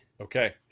Okay